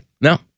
No